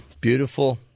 beautiful